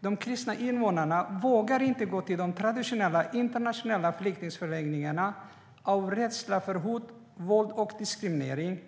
De kristna invånarna vågar inte gå till de traditionella internationella flyktingförläggningarna av rädsla för hot, våld och diskriminering